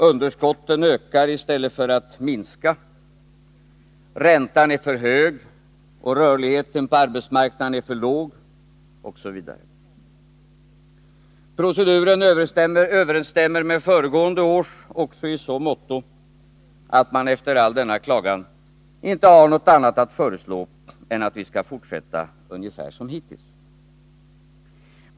Underskotten ökar i stället för minskar, räntan är för hög, rörligheten på arbetsmarknaden för låg osv. Proceduren överensstämmer med föregående års också i så måtto, att man efter all denna klagan inte har något annat att föreslå än att vi skall fortsätta ungefär som hittills.